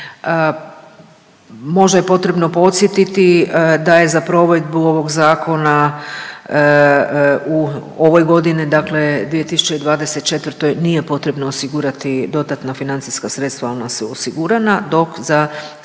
Možda je potrebno podsjetiti da je za provedbu ovog zakona u ovoj godini dakle 2024. nije potrebno osigurati dodatna financijska sredstva, ona su osiguranja dok za slijedeću